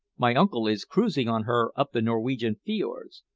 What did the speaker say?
my uncle is cruising on her up the norwegian fiords.